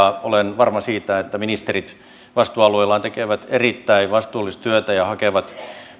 olen varma siitä että ministerit vastuualueillaan tekevät erittäin vastuullista työtä ja hakevat